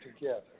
together